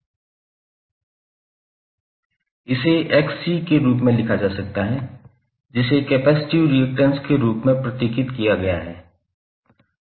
इसे Xc के रूप में लिखा जा सकता है जिसे कैपेसिटिव रिअक्टैंस के रूप में प्रतीकित किया गया है